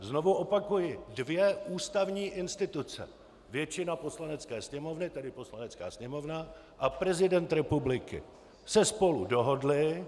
Znovu opakuji, dvě ústavní instituce: většina Poslanecké sněmovny, tedy Poslanecká sněmovna, a prezident republiky se spolu dohodly...